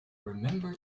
remember